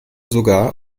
sogar